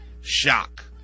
shock